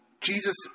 Jesus